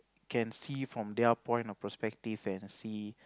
can see from their point of perspective and see